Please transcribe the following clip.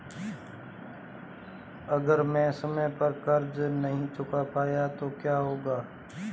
अगर मैं समय पर कर्ज़ नहीं चुका पाया तो क्या होगा?